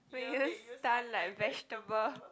stunned like vegetable